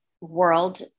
world